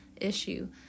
issue